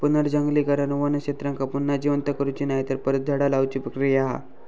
पुनर्जंगलीकरण वन क्षेत्रांका पुन्हा जिवंत करुची नायतर परत झाडा लाऊची प्रक्रिया हा